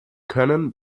können